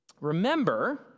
remember